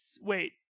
Wait